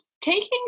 taking